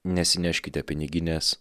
nesineškite piniginės